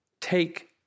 take